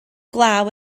glaw